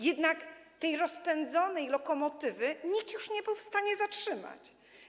Jednak rozpędzonej lokomotywy nikt już nie był w stanie zatrzymać.